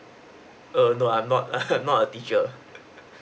err no I'm not I'm not a teacher